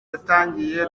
yatangiye